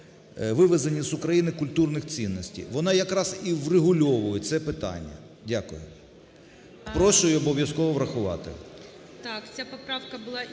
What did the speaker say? вивезенні з України культурних цінностей. Вона якраз і врегульовує це питання. Дякую. Прошу її обов'язково врахувати.